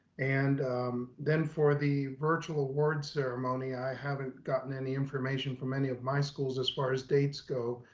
and then for the virtual award ceremony, i haven't gotten any information from any of my schools as far as dates go.